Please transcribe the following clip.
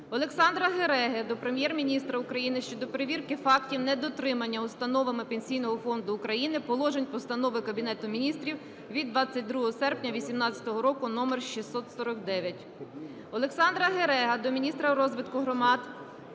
Олександра Гереги до Прем'єр-міністра України щодо перевірки фактів недотримання установами Пенсійного фонду України положень постанови Кабінету Міністрів від 22 серпня 2018 року № 649. Олександра Гереги до міністра розвитку громад